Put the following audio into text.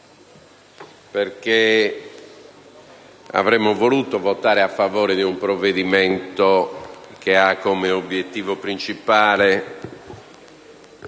perché avremmo voluto votare a favore di un provvedimento che ha come obiettivo principale